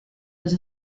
was